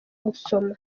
gusoma